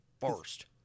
First